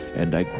and